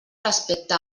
respecte